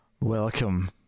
Welcome